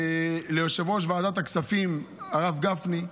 ליושב-ראש ועדת הכספים הרב גפני,